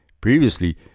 Previously